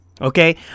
okay